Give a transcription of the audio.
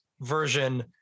version